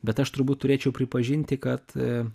bet aš turbūt turėčiau pripažinti kad